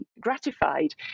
gratified